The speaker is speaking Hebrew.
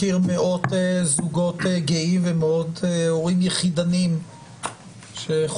אני מכיר מאות זוגות גאים ומאות הורים יחידניים שחווים